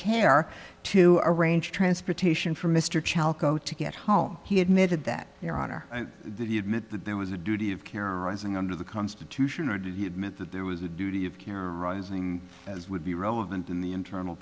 care to arrange transportation for mr chalco to get home he admitted that there are the admit that there was a duty of care arising under the constitution or did he admit that there was a duty of care arising as would be relevant in the internal